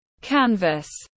Canvas